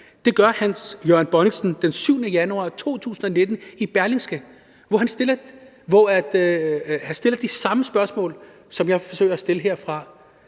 Det gør Hans Jørgen Bonnichsen den 7. januar 2019 i Berlingske, hvor han stiller de samme spørgsmål, som jeg forsøger at stille herfra: